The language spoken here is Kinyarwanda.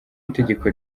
itegeko